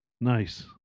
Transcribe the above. Nice